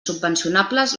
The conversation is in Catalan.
subvencionables